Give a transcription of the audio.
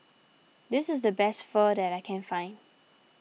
this is the best Pho that I can find